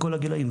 בכל הגילאים,